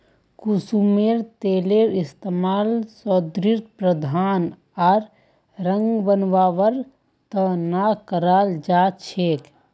कुसुमेर तेलेर इस्तमाल सौंदर्य प्रसाधन आर रंग बनव्वार त न कराल जा छेक